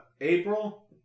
April